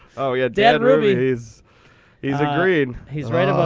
oh, yeah. dan ruby, he's he's a green. he's right about